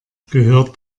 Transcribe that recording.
gehört